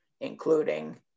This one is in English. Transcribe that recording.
including